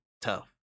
Tough